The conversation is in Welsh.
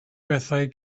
bethau